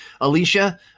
alicia